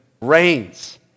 reigns